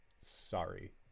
sorry